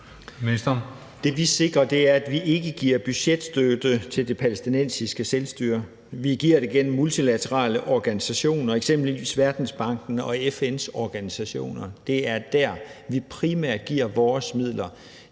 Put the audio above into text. Det, vi sikrer, er, at vi ikke giver budgetstøtte til det palæstinensiske selvstyre. Vi giver det gennem multilaterale organisationer, eksempelvis Verdensbanken og FN's organisationer. Det er der, vi primært giver vores midler.